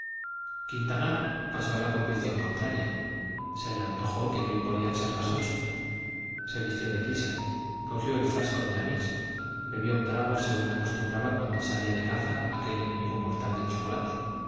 quintanar pasó a la convicción contraria se le antojó que bien podían ser las ocho se vistió deprisa cogió el frasco del anís bebió un trago según acostumbraba cuando salía de caza aquel enemigo mortal del chocolate